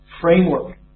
framework